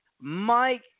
Mike